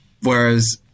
Whereas